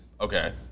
Okay